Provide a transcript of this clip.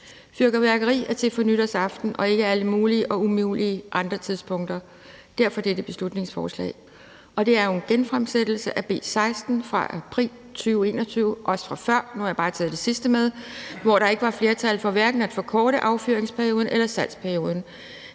Fyrværkeri er til for nytårsaften og ikke alle mulige og umulige andre tidspunkter. Derfor fremsætter vi dette beslutningsforslag. Det er jo en genfremsættelse af B 16 fra april 2021 – også fra før; nu har jeg bare taget det sidste med – hvor der ikke var flertal for at forkorte hverken affyringsperioden eller salgsperioden.